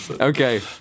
okay